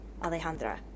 Alejandra